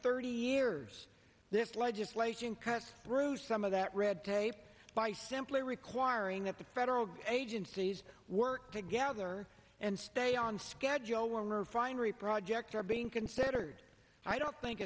thirty years this legislation cuts through some of that red tape by simply requiring that the federal agencies work together and stay on schedule warmer finally projects are being considered i don't think